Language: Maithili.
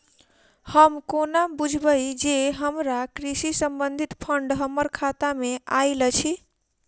हम कोना बुझबै जे हमरा कृषि संबंधित फंड हम्मर खाता मे आइल अछि?